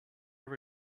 are